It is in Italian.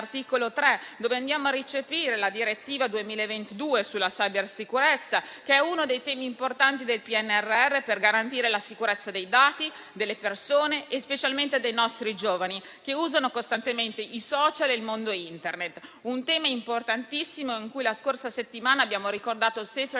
nell'articolo 3, dove andiamo a recepire la direttiva 2022 sulla cybersicurezza, che è uno dei temi importanti del PNRR per garantire la sicurezza dei dati delle persone, specialmente dei nostri giovani, che usano costantemente i *social* e il mondo Internet. Si tratta di un tema importantissimo; la scorsa settimana abbiamo ricordato il Safer